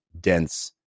dense